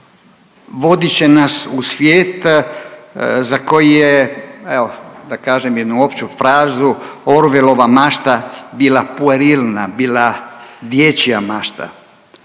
vodit će nas u svijet za koji je evo da kažem jednu opću frazu Orwellova mašta bila porilna, bila dječja mašta.